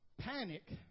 Panic